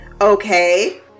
okay